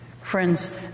Friends